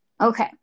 Okay